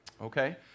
okay